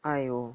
!aiyo!